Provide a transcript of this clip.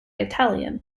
italian